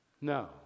No